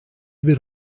bir